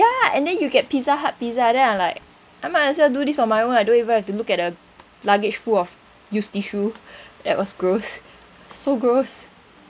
ya and then you get Pizza Hut pizza then I'm like I might as well do this on my own I don't even have to look at the luggage full of used tissue that was gross so gross